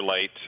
late